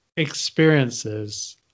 experiences